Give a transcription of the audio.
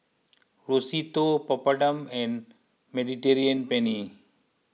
Risotto Papadum and Mediterranean Penne